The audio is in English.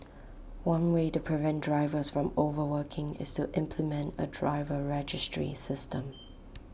one way to prevent drivers from overworking is to implement A driver registry system